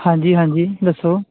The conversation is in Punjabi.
ਹਾਂਜੀ ਹਾਂਜੀ ਦੱਸੋ